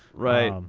right. um